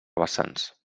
vessants